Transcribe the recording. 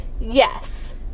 Yes